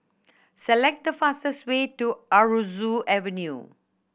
select the fastest way to Aroozoo Avenue